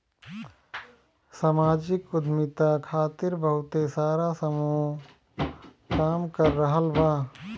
सामाजिक उद्यमिता खातिर बहुते सारा समूह काम कर रहल बा